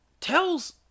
Tells